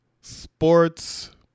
sports